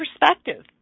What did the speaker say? perspective